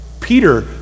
Peter